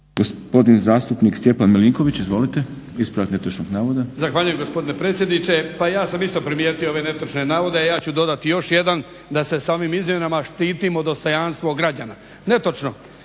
Gospodin zastupnik Stjepan Milinković. Izvolite, ispravak netočnog navoda. **Milinković, Stjepan (HDZ)** Zahvaljujem gospodine predsjedniče. Pa ja sam isto primijetio ove netočne navode, a ja ću dodati još jedan. Da se samim izmjenama štitimo dostojanstvo građana. Netočno.